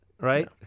right